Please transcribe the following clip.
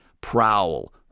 prowl